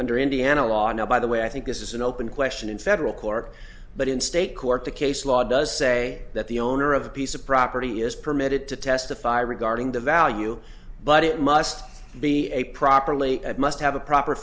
under indiana law i know by the way i think this is an open question in federal court but in state court the case law does say that the owner of a piece of property is permitted to testify regarding the value but it must be a properly it must have a proper